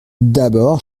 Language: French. d’abord